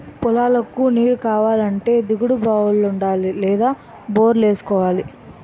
పొలాలకు నీరుకావాలంటే దిగుడు బావులుండాలి లేదా బోరెట్టుకోవాలి